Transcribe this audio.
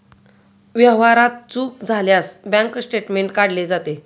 व्यवहारात चूक झाल्यास बँक स्टेटमेंट काढले जाते